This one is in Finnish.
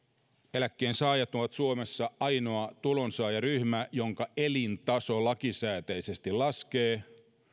eläkkeensaajat ovat suomessa ainoa tulonsaajaryhmä jonka elintaso lakisääteisesti laskee